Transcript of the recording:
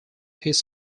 his